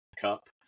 Cup